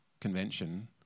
convention